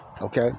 okay